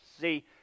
See